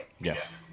yes